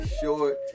short